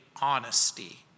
honesty